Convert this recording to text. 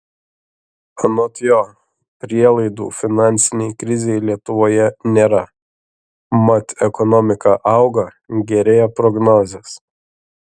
anot jo prielaidų finansinei krizei lietuvoje nėra mat ekonomika auga gerėja prognozės